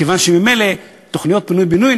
כיוון שממילא תוכניות פינוי-בינוי,